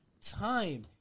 time